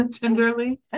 Tenderly